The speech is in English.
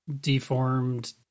deformed